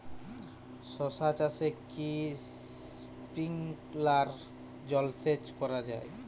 শশা চাষে কি স্প্রিঙ্কলার জলসেচ করা যায়?